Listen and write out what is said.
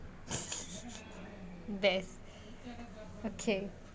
best okay